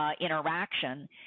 Interaction